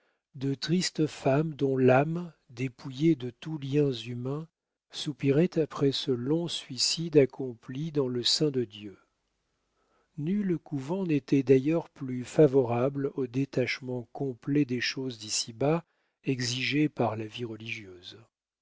de tristes femmes dont l'âme dépouillée de tous liens humains soupirait après ce long suicide accompli dans le sein de dieu nul couvent n'était d'ailleurs plus favorable au détachement complet des choses d'ici-bas exigé par la vie religieuse